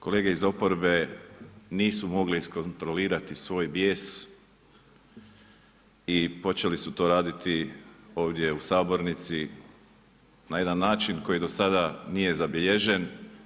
Kolege iz oporbe nisu mogli iskontrolirati svoj bijes i počeli su to raditi ovdje u sabornici, na jedan način, koji do sada nije zabilježen.